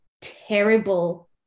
terrible